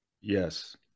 Yes